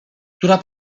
która